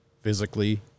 physically